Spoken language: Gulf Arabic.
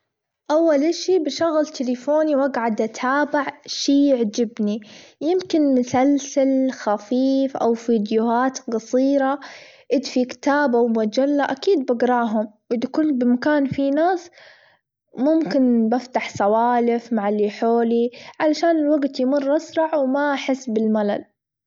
أول أشي بشغل تليفوني وأجعد أتابع شي يعجبني يمكن مسلسل خفيف، أو فيديوهات جصيرة إذ في كتاب، أو مجلة أكيد بجرأهم ودي أكون بمكان في ناس ممكن أفتح سوالف مع اللي حولي علشان الوجت يمر أسرع وما أحس بالملل.